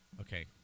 Okay